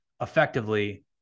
effectively